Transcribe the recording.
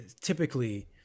typically